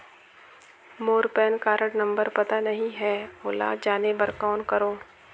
मोर PAN card number पता नहीं है, ओला जाने बर कौन करो?